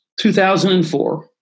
2004